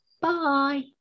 Bye